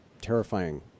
terrifying